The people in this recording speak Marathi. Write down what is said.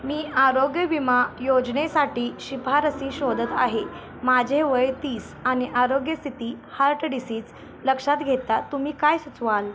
मी आरोग्य विमा योजनेसाठी शिफारसी शोधत आहे माझे वय तीस आणि आरोग्यस्थिती हार्ट डिसीज लक्षात घेता तुम्ही काय सुचवाल